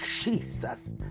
jesus